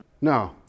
No